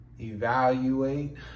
Evaluate